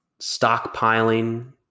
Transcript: stockpiling